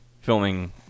filming